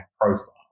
profile